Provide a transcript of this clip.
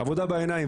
עבודה בעיניים.